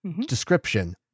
description